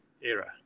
era